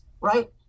right